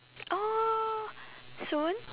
oh soon